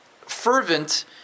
fervent